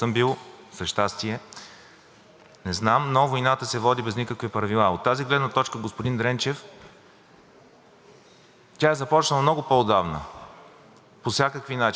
тя е започнала много по отдавна. По всякакви начини се е водила. Това е война за ресурс. Нека да си го кажем. Защото ресурсът в Украйна